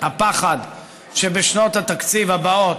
הפחד שבשנות התקציב הבאות,